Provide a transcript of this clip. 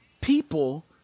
people